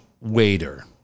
waiter